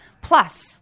plus